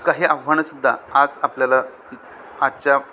काही आव्हानंसुद्धा आज आपल्याला आजच्या